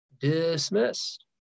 dismissed